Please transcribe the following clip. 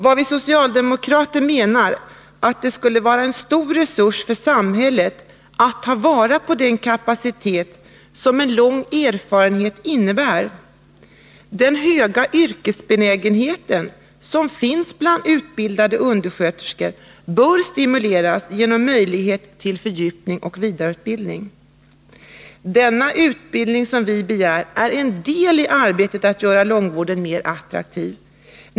Vi socialdemokrater menar att det skulle vara en stor resurs för samhället att ta vara på den kapacitet som en lång erfarenhet innebär. Den höga yrkesbenägenhet som finns bland utbildade undersköterskor bör stimuleras genom möjligheter till fördjupning och vidareutbildning. Den utbildning som vi begär är en del i arbetet att göra långvården mer attraktiv.